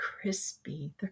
crispy